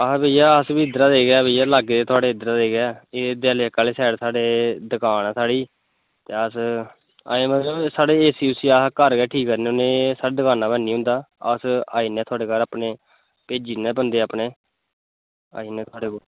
अह् भेइया अस बी इधरै दे गै ऐ लागे दे थोआड़े इधरै दे गै ऐ एह् दयाले चक्कै आह्ले दकान ऐ साढ़ी ते अस मतलब साढ़ी ए सी अस घर गै ठीक करनें होनें दकानां पर ऐनीं होंदा आस आई जन्नें आं थोआड़े घर भेजीड़नें बंदे अपनें आई जंदे न थोआड़े कोल